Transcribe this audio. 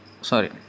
Sorry